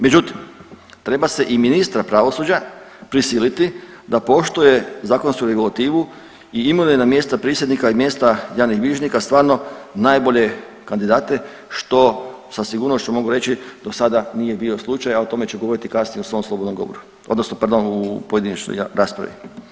Međutim, treba se i ministra pravosuđa prisiliti da poštuje zakonsku regulativu i imenuje na mjesto prisjednika i mjesta javnih bilježnika stvarno najbolje kandidate što sa sigurnošću mogu reći do sada nije bio slučaj, a o tome ću govoriti kasnije u svom slobodnom govoru, odnosno u pojedinačnoj raspravi.